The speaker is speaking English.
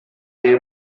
they